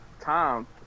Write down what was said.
tom